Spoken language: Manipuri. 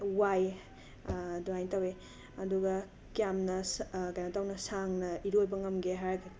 ꯋꯥꯏꯌꯦ ꯑꯗꯨꯃꯥꯏꯅ ꯇꯧꯋꯦ ꯑꯗꯨꯒ ꯀꯌꯥꯝꯅ ꯁ ꯀꯩꯅꯣ ꯇꯧꯅ ꯁꯥꯡꯅ ꯏꯔꯣꯏꯕ ꯉꯝꯒꯦ ꯍꯥꯏꯔꯒ